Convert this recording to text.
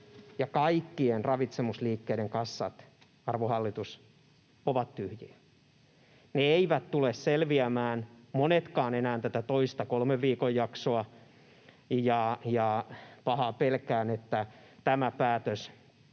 kaikkien ravitsemusliikkeiden kassat, arvon hallitus, ovat tyhjiä. Ne eivät tule selviämään, monetkaan, enää tätä toista kolmen viikon jaksoa, ja pahaa pelkään, että tämä päätös,